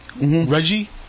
Reggie